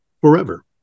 forever